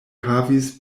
havis